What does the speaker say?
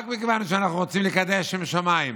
רק מכיוון שאנחנו רוצים לקדש שם שמיים.